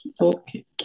Okay